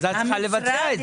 את צריכה לבצע את זה.